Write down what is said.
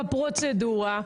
בפרוצדורה,